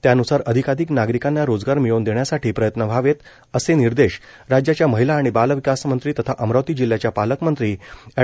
त्यानुसार अधिकाधिक नागरिकांना रोजगार मिळवून देण्यासाठी प्रयत्न व्हावेत असे निर्देश राज्याच्या महिला आणि बालविकास मंत्री तथा अमरावती जिल्ह्याच्या पालकमंत्री एड